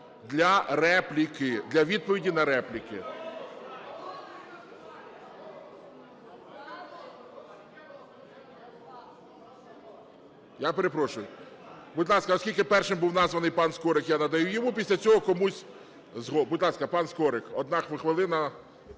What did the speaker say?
для репліки, для відповіді на репліки. (Шум у залі) Я перепрошую, будь ласка, оскільки першим був названий пан Скорик, я надаю йому, після цього комусь… Будь ласка, пан Скорик, одна хвилина